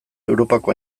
europako